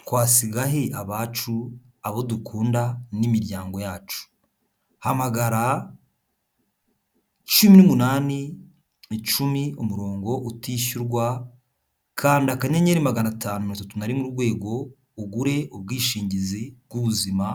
twasiga he abacu, abo dukunda n'imiryango yacu? Hamagara cumi n'umunani icumi umurongo utishyurwa, kanda akanyenyeri magana atanu mirongo itatu na rimwe urwego, ugure ubwishingizi bw'ubuzima.